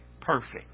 perfect